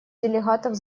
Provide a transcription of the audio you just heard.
делегатов